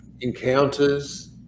encounters